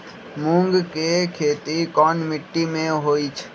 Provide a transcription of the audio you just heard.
मूँग के खेती कौन मीटी मे होईछ?